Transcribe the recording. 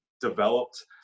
developed